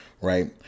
Right